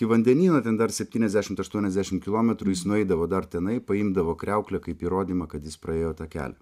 iki vandenyno ten dar septyniasdešimt aštuoniasdešimt kilometrų jis nueidavo dar tenai paimdavo kriauklę kaip įrodymą kad jis praėjo tą kelią